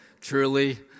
truly